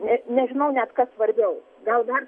ne nežinau net kas svarbiau gal dar